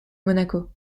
monaco